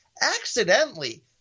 Accidentally